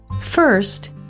First